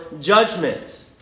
judgment